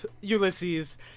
Ulysses